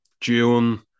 June